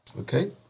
Okay